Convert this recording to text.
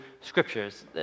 scriptures